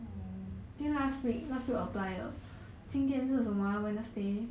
多久 liao 你 apply